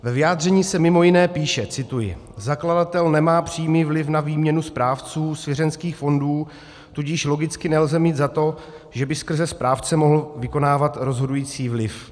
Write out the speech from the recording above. Ve vyjádření se mimo jiné píše: Zakladatel nemá přímý vliv na výměnu správců svěřenských fondů, tudíž logicky nelze mít za to, že by skrze správce mohl vykonávat rozhodující vliv.